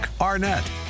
Arnett